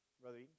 brother